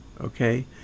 okay